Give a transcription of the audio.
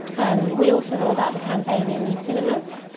and we also rolled out the campaign in cinemas,